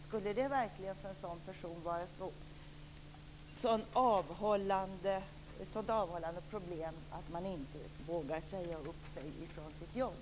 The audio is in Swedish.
Skulle det verkligen för en sådan person vara något som är så avhållande att han inte vågar säga upp sig från sitt jobb?